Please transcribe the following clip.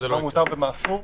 מה מותר ומה אסור,